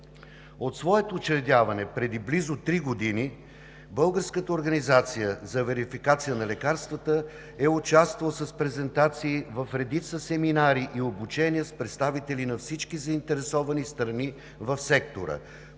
От своето учредяване, преди близо три години, Българската организация за верификация на лекарствата е участвала с презентации в редица семинари и обучения с представители на всички заинтересовани страни в сектора